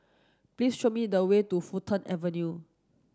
please show me the way to Fulton Avenue